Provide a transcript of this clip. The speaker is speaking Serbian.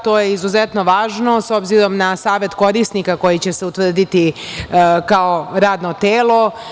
To je izuzetno važno s obzirom na savet korisnika koji će se utvrditi kao radno telo.